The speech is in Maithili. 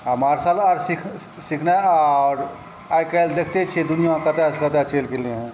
आइ मार्शल आर्ट सिखनाइ आओर आइकाल्हि देखिते छी दुनिआ कतऽसँ कतऽ चलि गेलैए